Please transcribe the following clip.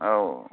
औ